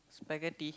spaghetti